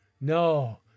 no